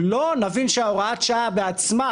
לא נביא שההוראת שעה בעצמה,